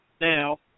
now